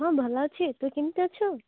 ହଁ ଭଲ ଅଛି ତୁ କେମିତି ଅଛୁ